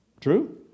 True